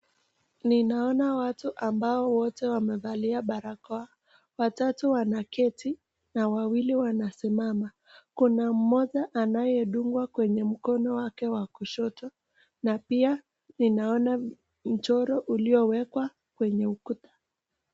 Ninaona watu ambao wote wamevalia barakoa watatu wanaketi na wawili wanasimama. Kuna mmoja anayedungwa kwenye mkono wake wa kushoto na pia ninaona mchoro uliowekwa kwenye ukuta.